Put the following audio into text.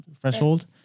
threshold